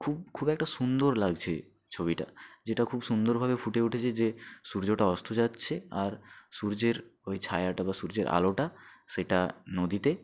খুব খুব একটা সুন্দর লাগছে ছবিটা যেটা খুব সুন্দরভাবে ফুটে উঠেছে যে সূর্যটা অস্ত যাচ্ছে আর সূর্যের ওই ছায়াটা বা সূর্যের আলোটা সেটা নদীতে